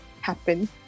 happen